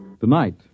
Tonight